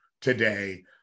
today